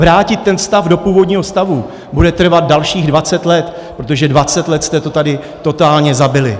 Vrátit ten stav do původního stavu bude trvat dalších 20 let, protože 20 let jste to tady totálně zabili.